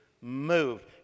moved